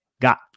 got